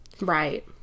right